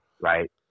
right